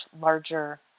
larger